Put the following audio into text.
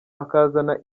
akazana